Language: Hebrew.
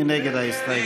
מי נגד ההסתייגות?